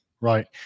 Right